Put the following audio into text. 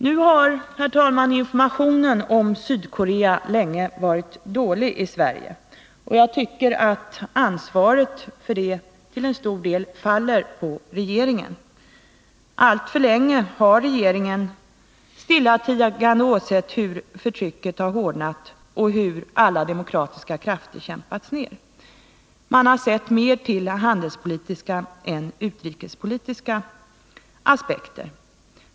Nu har, herr talman, informationen om Sydkorea länge varit dålig i vårt land, och jag tycker att ansvaret för det till stor del faller på regeringen. Alltför länge har regeringen stillatigande åsett hur förtrycket har hårdnat och hur alla demokratiska krafter kämpats ned. Man har sett mer till handelspolitiska än utrikespolitiska aspekter.